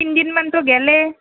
তিনিদিনমানতো গ'লেই